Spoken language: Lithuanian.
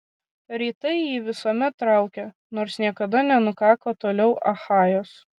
rytai jį visuomet traukė nors niekada nenukako toliau achajos